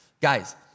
guys